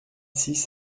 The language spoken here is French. six